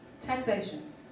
Taxation